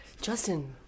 Justin